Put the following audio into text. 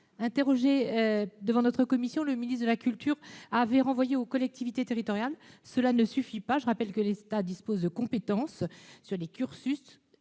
ce point par notre commission, le ministre de la culture avait renvoyé aux collectivités territoriales. Cela ne suffit pas. Je rappelle que l'État dispose de la compétence pour les cursus,